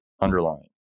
underlying